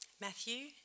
Matthew